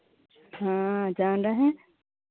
हाँ जान रहे हैं